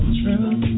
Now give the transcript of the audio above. true